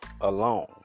alone